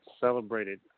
celebrated